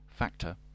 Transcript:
factor